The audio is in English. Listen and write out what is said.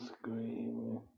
screaming